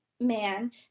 man